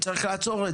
צריך לעצור את